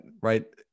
right